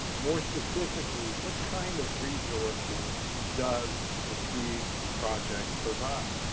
more specifically, what kind of resources does the seed project provide?